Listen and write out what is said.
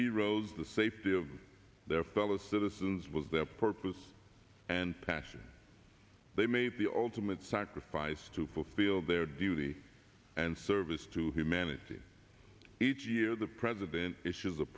heroes the safety of their fellow citizens was their purpose and passion they made the ultimate sacrifice to fulfill their duty and service to humanity each year the president issue